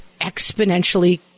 exponentially